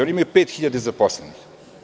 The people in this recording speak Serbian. Oni imaju 5.000 zaposlenih.